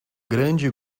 grande